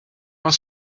are